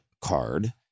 card